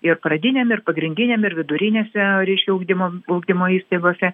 ir pradiniam ir pagrindiniam ir vidurinėse reiškia ugdymo ugdymo įstaigose